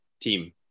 team